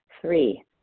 Three